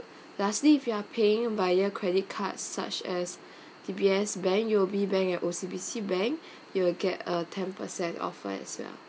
lastly if you are paying via credit cards such as D_B_S bank U_O_B bank and O_C_B_C bank you will get a ten percent offer as well